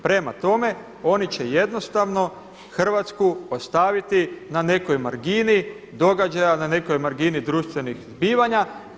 Prema tome, oni će jednostavno Hrvatsku ostaviti na nekoj margini događaja, na nekoj margini društvenih zbivanja.